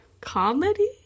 Comedy